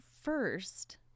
first